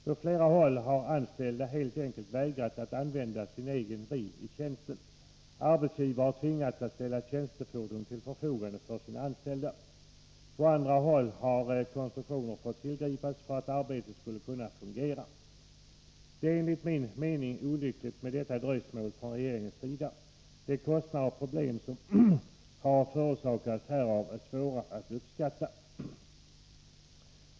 På flera håll har anställda Måndagen den helt enkelt vägrat att använda sin egen bil i tjänsten. Arbetsgivare har 14 november 1983 tvingats att ställa tjänstefordon till förfogande för sina anställda. På andra håll har andra konstruktioner fått tillgripas för att arbetet skall kunna fun Om skatteavdragen gera. för bilresor till och Det är enligt min mening olyckligt med detta dröjsmål från regeringens från arbetet sida. De kostnader och problem som har förorsakats härav är svåra att uppskatta.